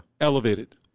Elevated